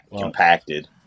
compacted